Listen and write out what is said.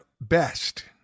best